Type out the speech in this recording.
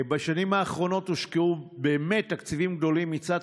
בשנים האחרונות הושקעו באמת תקציבים גדולים מצד